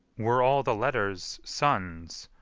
were all the letters suns,